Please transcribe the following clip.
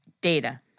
Data